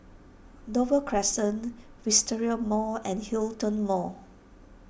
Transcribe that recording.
Dover Crescent Wisteria Mall and Hiltion Mall